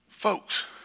Folks